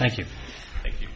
thank you thank you